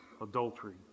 adultery